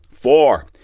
Four